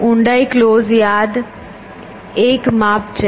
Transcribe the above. ઊંડાઈ ક્લોઝ યાદ એક માપ છે